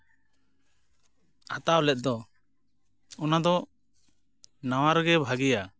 ᱦᱟᱛᱟᱣ ᱞᱮᱫ ᱫᱚ ᱚᱱᱟ ᱫᱚ ᱱᱟᱣᱟ ᱨᱮᱜᱮ ᱵᱷᱟᱜᱮᱭᱟ